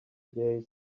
days